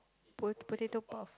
po~ potato puff